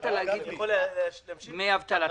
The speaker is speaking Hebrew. התחלת להגיד דמי אבטלה.